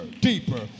deeper